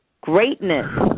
greatness